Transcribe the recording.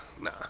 nah